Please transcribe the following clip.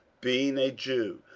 being a jew,